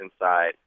inside